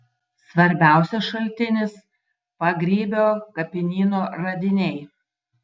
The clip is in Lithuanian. svarbiausias šaltinis pagrybio kapinyno radiniai